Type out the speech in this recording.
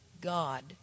God